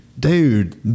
Dude